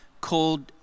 called